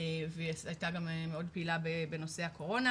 והיא הייתה גם מאוד פעילה בנושא הקורונה,